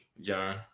John